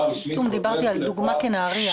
רשמית --- דיברתי על דוגמה כנהריה.